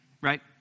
right